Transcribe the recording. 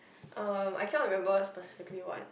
um I cannot remember specifically what